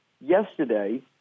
Yesterday